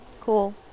Cool